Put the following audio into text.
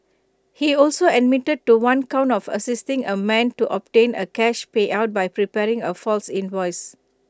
he also admitted to one count of assisting A man to obtain A cash payout by preparing A false invoice